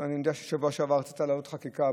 אני יודע שבשבוע שעבר רצית להעלות חקיקה,